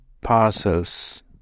parcels